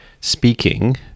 speaking